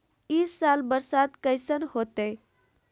ई साल बरसात कैसन होतय?